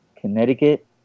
Connecticut